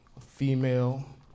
female